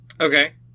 Okay